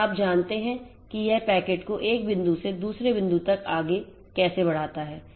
और आप जानते हैं कि यह पैकेट को 1 बिंदु से दूसरे बिंदु तक कैसे आगे बढ़ाता है